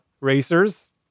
racers